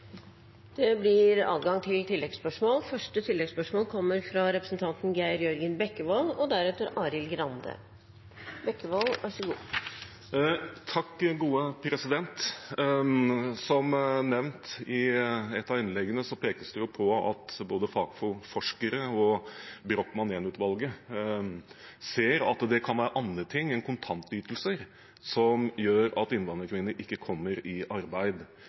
Det blir oppfølgingsspørsmål – først Geir Jørgen Bekkevold. Som nevnt i et av innleggene pekes det på at både Fafo-forskere og Brochmann I-utvalget ser at det kan være andre ting enn kontantytelser som gjør at innvandrerkvinner ikke kommer i arbeid.